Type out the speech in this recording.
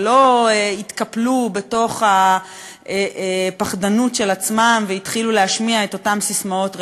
ולא התקפלו בתוך הפחדנות של עצמם והתחילו להשמיע את אותן ססמאות ריקות,